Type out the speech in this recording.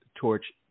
torch